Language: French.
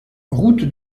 route